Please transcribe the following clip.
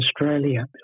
Australia